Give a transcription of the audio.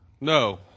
no